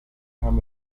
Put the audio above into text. haben